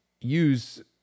use